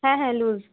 হ্যাঁ হ্যাঁ লুজ